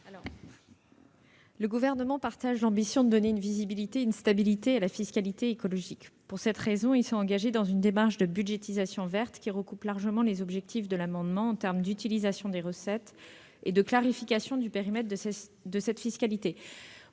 Le Gouvernement partage l'ambition de donner visibilité et stabilité à la fiscalité écologique. Pour cette raison, il s'est engagé dans une démarche de budgétisation verte, dont les objectifs recoupent largement ceux des auteurs des amendements en termes d'utilisation des recettes et de clarification du périmètre de cette fiscalité.